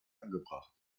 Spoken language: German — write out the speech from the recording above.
angebracht